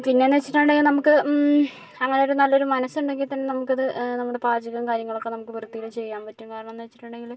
പിന്നെ എന്ന് വെച്ചിട്ടുണ്ടെങ്കിൽ നമുക്ക് അങ്ങനെ ഒരു നല്ല ഒരു മനസ് ഉണ്ടെങ്കിൽ തന്നെ നമുക്ക് അത് നമ്മുടെ പാചകവും കാര്യങ്ങളുമൊക്കെ നമുക്ക് വൃത്തിയിൽ ചെയ്യാൻ പറ്റും കാരണം എന്ന് വെച്ചിട്ടുണ്ടെങ്കില്